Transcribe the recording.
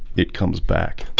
it comes back